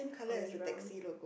orange brown